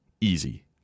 easy